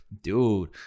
dude